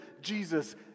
Jesus